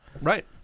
Right